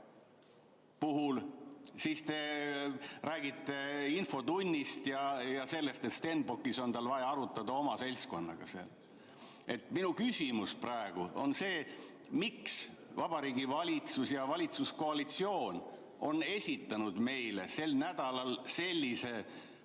puhul, aga teie räägite infotunnist ja sellest, et Stenbockis on tal vaja arutada seda oma seltskonnaga. Minu küsimus on praegu selline: miks Vabariigi Valitsus ja valitsuskoalitsioon on esitanud meile sel nädalal sellise